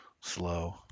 Slow